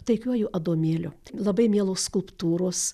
taikiuoju adomėliu labai mielos skulptūros